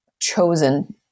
chosen